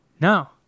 No